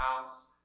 house